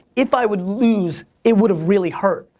if i would lose, it would've really hurt.